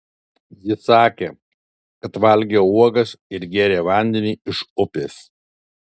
ji sakė kad valgė uogas ir gėrė vandenį iš upės